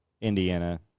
Indiana